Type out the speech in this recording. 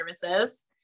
services